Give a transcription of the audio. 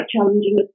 challenging